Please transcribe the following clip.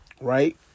right